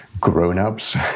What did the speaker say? grown-ups